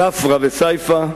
ספרא וסייפא,